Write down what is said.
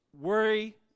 worry